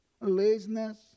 laziness